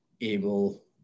able